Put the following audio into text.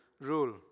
rule